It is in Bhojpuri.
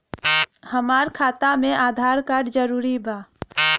हमार खाता में आधार कार्ड जरूरी बा?